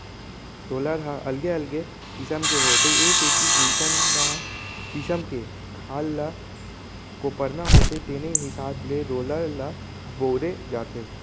roller ह अलगे अलगे किसम के होथे ए सेती जइसना किसम के खार ल कोपरना होथे तेने हिसाब के रोलर ल बउरे जाथे